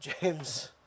James